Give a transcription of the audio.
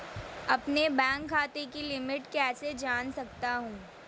अपने बैंक खाते की लिमिट कैसे जान सकता हूं?